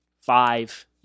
five